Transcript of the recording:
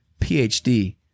PhD